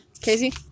Casey